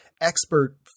expert